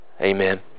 Amen